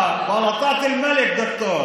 (אומר בערבית: אתה צריך להכיר את זה.)